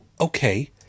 Okay